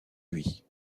lui